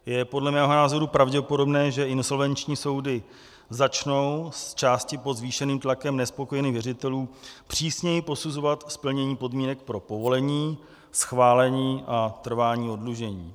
Je podle mého názoru pravděpodobné, že insolvenční soudy začnou zčásti pod zvýšeným tlakem nespokojených věřitelů přísněji posuzovat splnění podmínek pro povolení, schválení a trvání oddlužení.